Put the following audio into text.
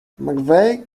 mcveigh